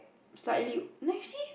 slightly Nacy